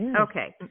Okay